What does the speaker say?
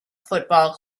football